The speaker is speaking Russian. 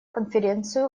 конференцию